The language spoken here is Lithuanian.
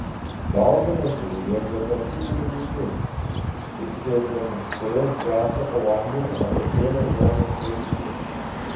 dauginasi vegetatyviniu būdu ir sėklomis kurios bręsta po vandeniu ąsotėlio formos vaisiuje